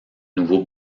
nouveau